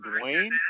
Dwayne